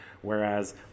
Whereas